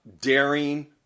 daring –